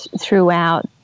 throughout